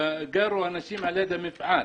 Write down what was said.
גרו אנשים ליד המפעל.